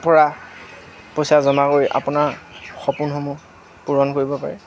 পৰা পইচা জমা কৰি আপোনাৰ সপোনসমূহ পূৰণ কৰিব পাৰে